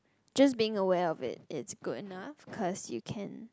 just being aware of it it's good enough cause you can